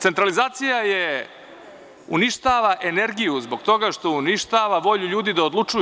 Centralizacija je, uništava energiju zbog toga što uništava volju ljudi da odlučuju.